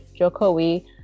Jokowi